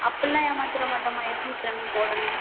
அப்புடிலாம் ஏமாற்றிட மாட்டேன்மா ஏற்றி விட்டுறேன்மா இப்போ உடனே